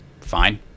fine